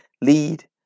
lead